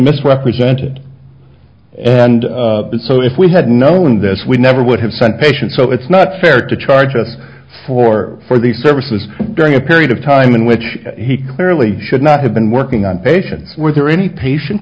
misrepresented and so if we had known this we never would have sent patients so it's not fair to charge us for for these services during a period of time in which he clearly should not have been working on patients were there any patient